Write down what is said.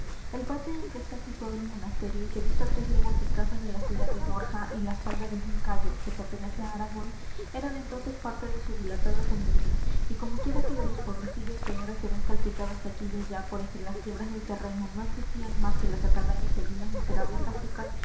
el valle en que está situado el monasterio que dista tres leguas escasas de la ciudad de borja y la falda del moncayo que pertenece á aragón eran entonces parte de su dilatado señorío y como quiera que de los pueblecillos que ahora se ven salpicados aquí y allá por entre las quiebras del terreno no existían más que las atalayas y algunas miserables casucas